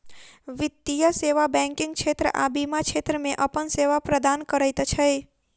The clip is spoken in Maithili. वित्तीय सेवा बैंकिग क्षेत्र आ बीमा क्षेत्र मे अपन सेवा प्रदान करैत छै